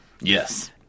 Yes